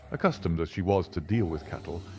accustomed as she was to deal with cattle,